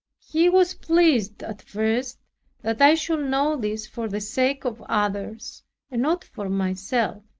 he was pleased at first that i should know this for the sake of others and not for myself.